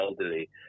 elderly